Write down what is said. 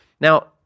Now